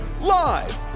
live